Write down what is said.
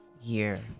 year